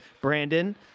Brandon